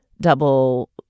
double